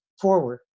Forward